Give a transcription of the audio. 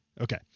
okay